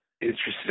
Interesting